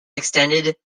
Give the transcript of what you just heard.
extended